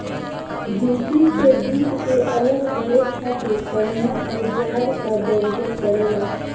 भूसी से बीज के अलग करे खातिर कउना औजार क जरूरत पड़ेला?